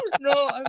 No